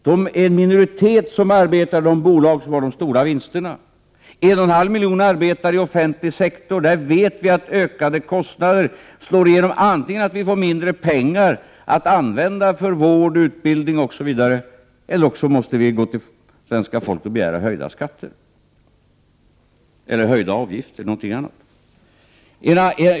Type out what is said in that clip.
Det är en minoritet som arbetar i de bolag som har de stora vinsterna. 1,5 miljoner arbetar i offentlig sektor, och där vet vi att ökade kostnader slår igenom antingen så att vi får mindre pengar att använda för vård, utbildning osv., eller så att vi måste gå till svenska folket och begära höjda skatter, höjda avgifter eller något annat.